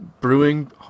brewing